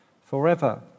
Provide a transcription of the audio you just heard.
forever